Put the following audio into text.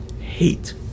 hate